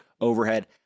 overhead